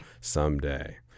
someday